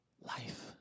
life